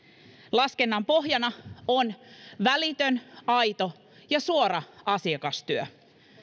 laskennan pohjana on välitön aito ja suora asiakastyö